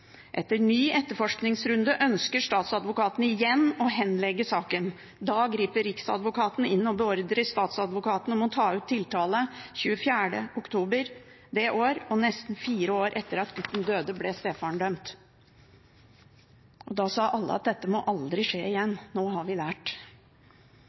Etter ny etterforskningsrunde ønsket Statsadvokaten igjen å henlegge saken. Da grep Riksadvokaten inn og beordret Statsadvokaten til å ta ut tiltale. 24. oktober det året – nesten fire år etter at gutten døde – ble stefaren dømt. Da sa alle at dette aldri måtte skje igjen,